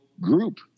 group